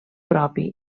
propi